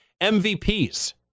MVPs